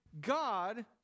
God